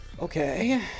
Okay